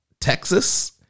Texas